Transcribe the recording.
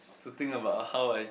to think about how I